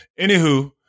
Anywho